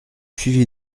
suivi